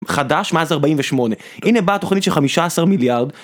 חדש מאז 48 הנה באה תוכנית של 15 מיליארד.